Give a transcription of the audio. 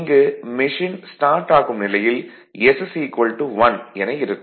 இங்கு machine start ஆகும் நிலையில் s 1 என இருக்கும்